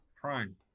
Prime